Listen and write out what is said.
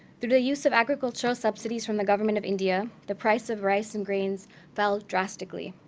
through the use of agricultural subsidies from the government of india, the price of rice and grains fell drastically.